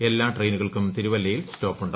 എല്ലാ ട്രെയിനുകൾക്കും തിരുവല്ലയിൽ സ്റ്റോപ്പുണ്ട്